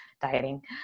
dieting